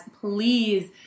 please